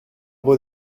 beau